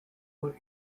were